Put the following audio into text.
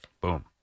Boom